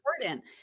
important